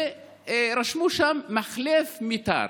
ורשמו שם "מחלף מיתר".